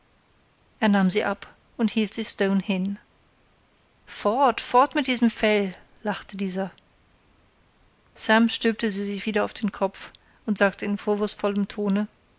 er nahm sie ab und hielt sie stone hin fort fort mit diesem fell lachte dieser sam stülpte sie sich wieder auf den kopf und sagte in vorwurfsvollem tone